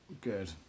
Good